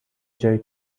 جای